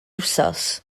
wythnos